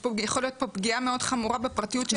יכולה להיות פה פגיעה מאוד חמורה בפרטיות של המצולמים.